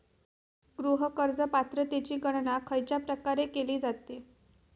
गृह कर्ज पात्रतेची गणना खयच्या प्रकारे केली जाते?